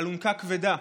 אלונקה כבדה.